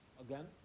Again